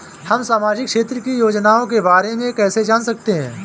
हम सामाजिक क्षेत्र की योजनाओं के बारे में कैसे जान सकते हैं?